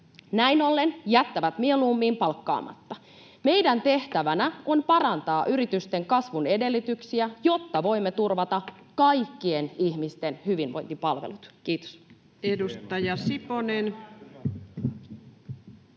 Näin ollen ne jättävät mieluummin palkkaamatta. Meidän tehtävänä on parantaa yritysten kasvun edellytyksiä, jotta voimme turvata kaikkien ihmisten hyvinvointipalvelut. — Kiitos.